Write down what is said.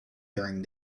during